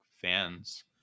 fans